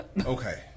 Okay